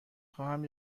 خواهم